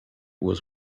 was